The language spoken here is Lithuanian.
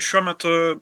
šiuo metu